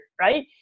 right